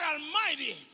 Almighty